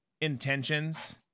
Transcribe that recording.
intentions